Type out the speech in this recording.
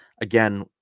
Again